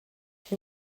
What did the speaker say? she